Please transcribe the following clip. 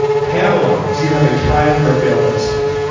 pamela, do you have a trial for a fail for us today?